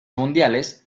mundiales